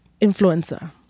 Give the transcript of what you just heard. influencer